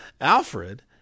alfred